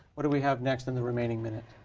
what do we have next in the remaining minute?